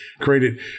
created